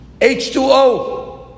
H2O